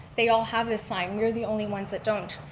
they all have this sign. we're the only ones that don't.